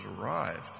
arrived